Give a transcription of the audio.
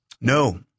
No